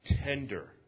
tender